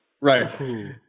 right